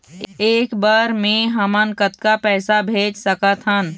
एक बर मे हमन कतका पैसा भेज सकत हन?